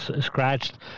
scratched